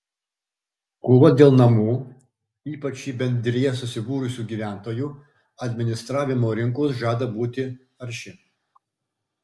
kova dėl namų ypač į bendrijas susibūrusių gyventojų administravimo rinkos žada būti arši